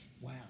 Wow